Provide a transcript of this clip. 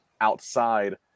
outside